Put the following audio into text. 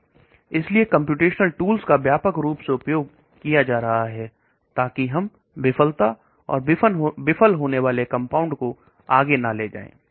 इसलिए computational tools का व्यापक रूप से उपयोग किया जा रहा है ताकि हम विफलता और विफल होने वाले कंपाउंड को आगे ना ले जाए